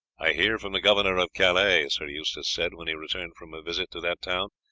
i hear from the governor of calais, sir eustace said, when he returned from a visit to that town,